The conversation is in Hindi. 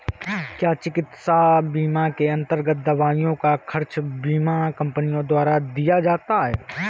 क्या चिकित्सा बीमा के अन्तर्गत दवाइयों का खर्च बीमा कंपनियों द्वारा दिया जाता है?